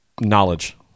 knowledge